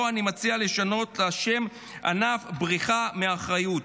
פה אני מציע לשנות את השם: ענף בריחה מאחריות.